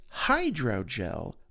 hydrogel